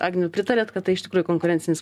agniau pritariat kad tai iš tikrųjų konkurencinis